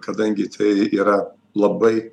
kadangi tai yra labai